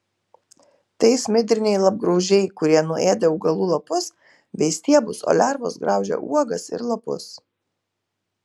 tai smidriniai lapgraužiai kurie nuėda augalų lapus bei stiebus o lervos graužia uogas ir lapus